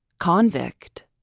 convict!